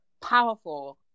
powerful